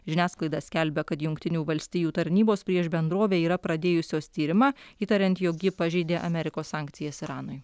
žiniasklaida skelbia kad jungtinių valstijų tarnybos prieš bendrovę yra pradėjusios tyrimą įtariant jog ji pažeidė amerikos sankcijas iranui